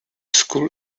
school